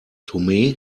tomé